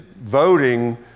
voting